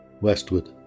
westward